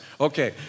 Okay